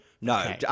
No